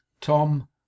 tom